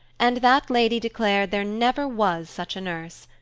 and that lady declared there never was such a nurse.